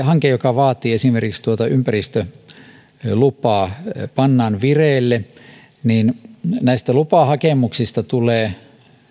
hanke joka vaatii esimerkiksi ympäristölupaa pannaan vireille niin näistä lupahakemuksista tulee